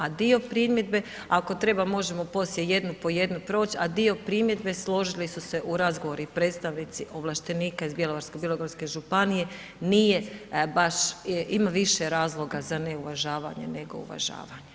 A dio primjedbe ako treba možemo poslije jednu po jednu proći, a dio primjedbe, složili su se u razgovoru i predstavnici ovlaštenika iz Bjelovarsko-bilogorske županije nije baš, ima više razloga za neuvažavanje nego uvažavanje.